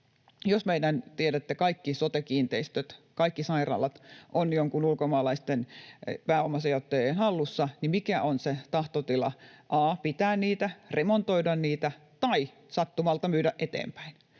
Jos meidän — tiedätte — kaikki sote-kiinteistöt, kaikki sairaalat ovat joidenkin ulkomaalaisten pääomasijoittajien hallussa, niin mikä on se tahtotila pitää niitä, remontoida niitä tai sattumalta myydä eteenpäin?